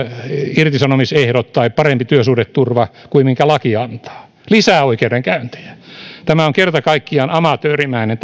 irtisanomisehdot tai parempi työsuhdeturva kuin laki antaa lisää oikeudenkäyntejä tämä esitys on kerta kaikkiaan amatöörimäinen